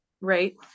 Right